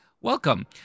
welcome